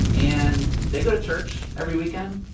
and they go to church every weekend.